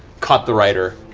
caught the rider,